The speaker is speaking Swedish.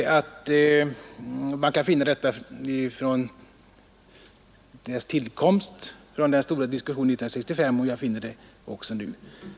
Man kan finna tecken på detta redan från forskningsberedningens tillkomst, från den stora diskussionen 1965, och jag finner det också nu.